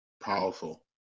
Powerful